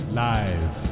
live